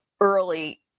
early